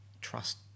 trust